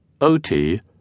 OT